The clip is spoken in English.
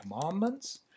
Commandments